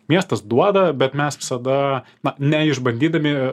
miestas duoda bet mes visada na neišbandydami